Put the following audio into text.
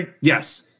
Yes